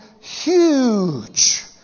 huge